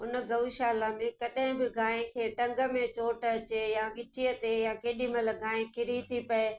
उन गऊशाला में कॾहिं बि गांइ खे टंग में चोट अचे या ॻिचीअ ते या केॾी महिल गांइ किरी थी पए